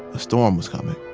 a storm was coming